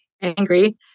angry